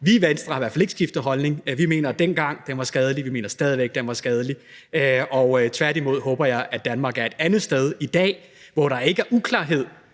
Vi i Venstre har i hvert fald ikke skiftet holdning. Vi mente dengang, at den var skadelig. Vi mener stadig væk, at den var skadelig. Jeg håber tværtimod, at Danmark i dag er et andet sted, hvor der ikke er uklarhed